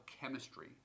chemistry